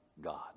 god